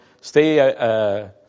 stay